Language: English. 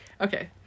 Okay